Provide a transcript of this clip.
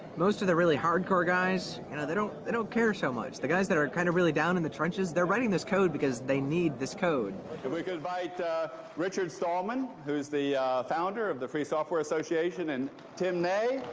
most the really hardcore guys, you know, they don't they don't care so much. the guys that are kind of really down in trenches. they're writing this code because they need this code. if we could invite richard stallman who's the founder of the free software association and tim ney,